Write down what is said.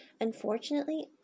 Unfortunately